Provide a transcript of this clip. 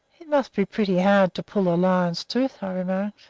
it must be pretty hard to pull a lion's tooth, i remarked.